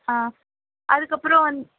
on அதுக்கப்புறோம் வந்து